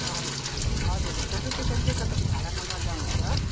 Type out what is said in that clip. हजुर हजुर photo session चाहिँ तपाईँले भाडामा गर्दा हुन्छ